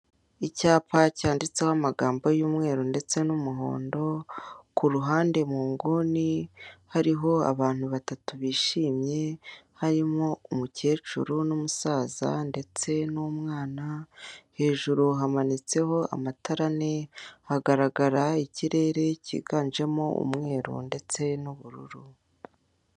Icyapa cyanditseho amagambo y'umweru ndetse n'umuhondo ku ruhande mu nguni hariho abantu batatu bishimye, harimo umukecuru n'umusaza ndetse n'umwana hejuru hamanitseho amatara ane, hagaragara ikirere kiganjemo umweru ndetse n'ubururu.